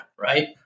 right